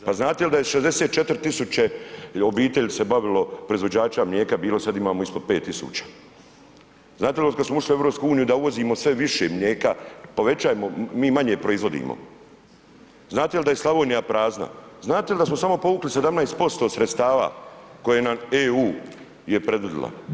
Pa znate li da je 64.000 obitelji se bavilo proizvođača mlijeka je bilo, sad imamo ispod 5.000, znate li od kada smo ušli u EU da uvozimo sve više mlijeka, povećajemo, mi manje proizvodimo, znate li da je Slavonija prazna, znate li da smo samo povukli 17% od sredstava koje nam EU je predvidila?